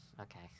Okay